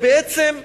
בעצם,